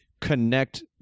connect